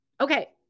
Okay